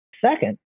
Second